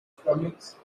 stomachs